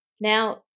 Now